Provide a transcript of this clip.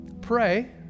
pray